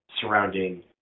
surrounding